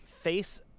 face